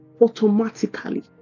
automatically